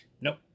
Nope